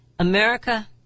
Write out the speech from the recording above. America